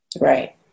Right